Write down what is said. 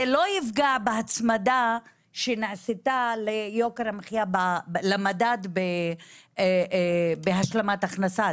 זה לא יפגע בהצמדה שנעשתה למדד בהשלמת הכנסה.